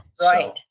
Right